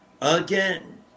Again